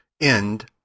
End